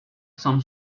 some